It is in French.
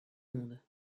monde